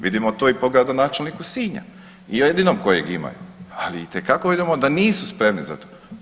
Vidimo to i po gradonačelniku Sinja jedinom kojeg imaju, ali itekako vidimo da nisu spremni za to.